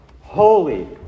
holy